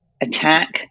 attack